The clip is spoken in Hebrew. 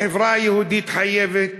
החברה היהודית חייבת